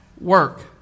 work